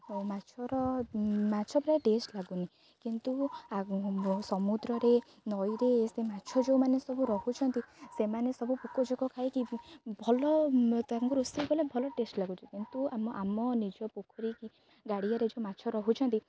ଆଉ ମାଛର ମାଛ ପ୍ରାୟ ଟେଷ୍ଟ୍ ଲାଗୁନି କିନ୍ତୁ ସମୁଦ୍ରରେ ନଈରେ ସେ ମାଛ ଯେଉଁମାନେ ସବୁ ରହୁଛନ୍ତି ସେମାନେ ସବୁ ପୋକଜୋକ ଖାଇକି ଭଲ ତାଙ୍କୁ ରୋଷେଇ କଲେ ଭଲ ଟେଷ୍ଟ୍ ଲାଗେ କିନ୍ତୁ ଆମ ଆମ ନିଜ ପୋଖରୀ କି ଗାଡ଼ିଆରେ ଯେଉଁ ମାଛ ରହୁଛନ୍ତି